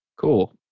Cool